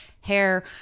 hair